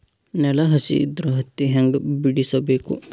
ನೆಲ ಹಸಿ ಇದ್ರ ಹತ್ತಿ ಹ್ಯಾಂಗ ಬಿಡಿಸಬೇಕು?